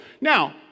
now